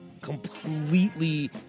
completely